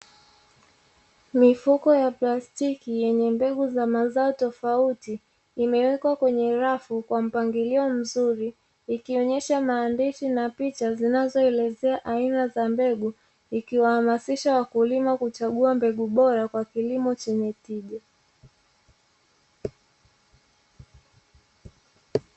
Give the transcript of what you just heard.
Mifuko ya plastiki yenye mbegu za mazao tofauti imewekwa kwenye rafu kwa mpangilio mzuri, ikionyesha maandishi na picha zinazoelezea aina za mbegu ikiwahamasisha wakulima kuchagua mbegu bora kwa kilimo chenye tija.